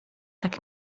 tak